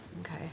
Okay